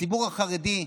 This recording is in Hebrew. הציבור החרדי,